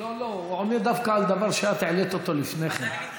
לא, לא, הוא עונה דווקא על דבר שאת העלית לפני כן.